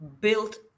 built